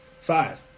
Five